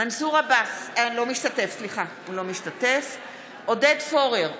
מנסור עבאס, לא משתתף עודד פורר,